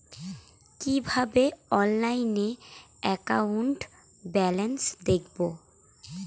কিভাবে অনলাইনে account balance দেখবো?